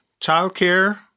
childcare